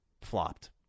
flopped